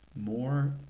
more